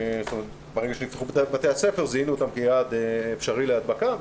כאשר נפתחו בתי הספר זיהינו אותם כיעד אפשרי להדבקה.